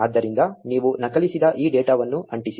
ಆದ್ದರಿಂದ ನೀವು ನಕಲಿಸಿದ ಈ ಡೇಟಾವನ್ನು ಅಂಟಿಸಿ